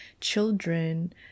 children